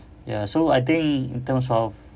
ya so I think in terms of